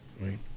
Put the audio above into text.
right